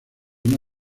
una